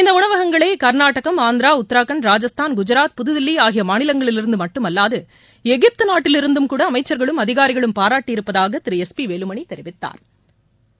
இந்த உணவகங்களை கர்நாடகம் ஆந்திரா உத்ராகண்ட் ராஜஸ்தான் குஜராத் புதுதில்லி ஆகிய மாநிலங்களிலிருந்து மட்டுமல்லாது எகிப்து நாட்டிலிரந்தும்கூட அமைக்கள்களும் அதிகாரிகளும் பாராட்டி இருப்பதாக திரு எஸ் பி வேலுமணி தெரிவித்தாா்